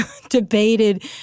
debated